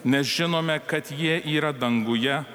nes žinome kad jie yra danguje